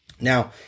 Now